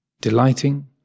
delighting